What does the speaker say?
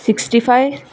sixty five